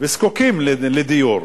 וזקוקים לדיור,